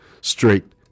Straight